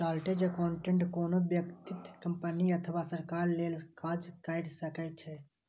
chartered accountant कोनो व्यक्ति, company अथवा सरकार लेल काज कैर सकै छै